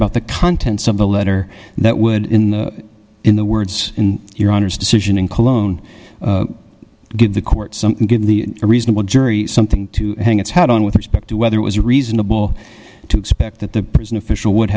about the contents of the letter that would in the in the words in your honour's decision in cologne give the court something give the reasonable jury something to hang its hat on with respect to whether it was reasonable to expect that the prison official would